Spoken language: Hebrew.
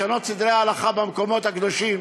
לשנות סדרי הלכה במקומות הקדושים,